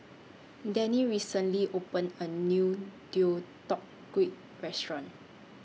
Dennie recently opened A New Deodeok Gui Restaurant